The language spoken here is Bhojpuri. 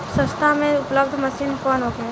सस्ता में उपलब्ध मशीन कौन होखे?